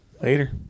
Later